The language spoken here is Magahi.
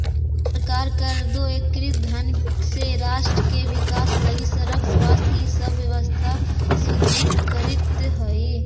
सरकार कर दो एकत्रित धन से राष्ट्र के विकास लगी सड़क स्वास्थ्य इ सब व्यवस्था सुदृढ़ करीइत हई